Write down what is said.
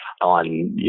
on